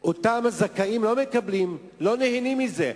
הזכאים לא נהנים מזה,